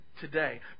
today